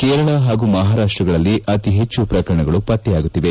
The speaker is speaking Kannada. ಕೇರಳ ಹಾಗೂ ಮಹಾರಾಷ್ಸಗಳಲ್ಲಿ ಅತಿ ಹೆಚ್ನು ಶ್ರಕರಣಗಳು ಪತ್ತೆಯಾಗುತ್ತಿದೆ